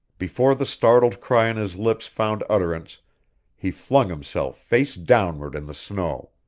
before the startled cry on his lips found utterance he flung himself face downward in the snow.